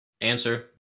Answer